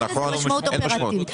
אין לזה משמעות אופרטיבית.